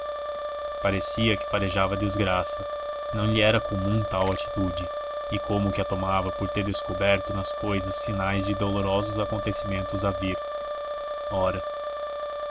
parecia que farejava desgraça não lhe era comum tal atitude e como que a tomava por ter descoberto nas cousas sinais de dolorosos acontecimentos a vir ora